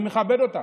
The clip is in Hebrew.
אני מכבד אותם.